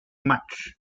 match